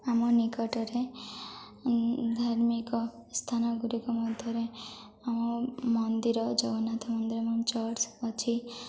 ଆମ ନିକଟରେ ଧାର୍ମିକ ସ୍ଥାନ ଗୁଡ଼ିକ ମଧ୍ୟରେ ଆମ ମନ୍ଦିର ଜଗନ୍ନାଥ ମନ୍ଦିର ଏବଂ ଚର୍ଚ୍ଚ ଅଛି